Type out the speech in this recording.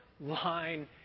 line